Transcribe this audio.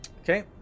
Okay